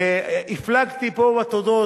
הפלגתי פה בתודות,